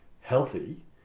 healthy